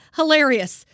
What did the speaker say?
hilarious